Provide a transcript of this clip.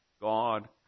God